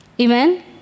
Amen